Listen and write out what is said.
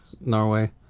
Norway